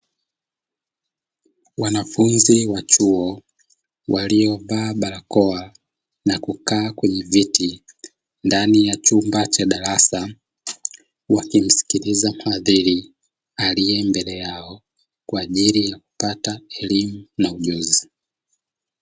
Wanafunzi wa chuo waliovaa barakoa waliokaa kwenye viti ndani ya chumba cha darasa, wakimsikiliza muhadhiri aliye mbele yao kwaajili yakupata elimu na ujuzi.